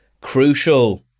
crucial